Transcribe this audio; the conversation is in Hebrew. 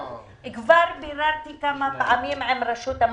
כבר ביררתי כמה פעמים עם רשות המיסים.